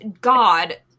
god